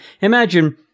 Imagine